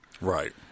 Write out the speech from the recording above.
Right